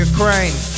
Ukraine